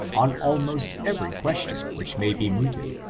on almost every question which may be mooted,